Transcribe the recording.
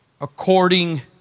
according